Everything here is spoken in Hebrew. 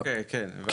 אוקיי, כן, הבנתי.